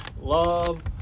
love